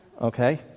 Okay